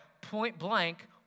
point-blank